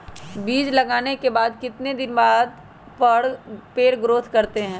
बीज लगाने के बाद कितने दिन बाद पर पेड़ ग्रोथ करते हैं?